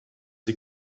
sie